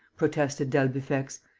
protested d'albufex.